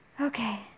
Okay